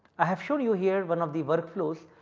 i have shown you here one of the work flows